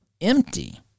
empty